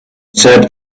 said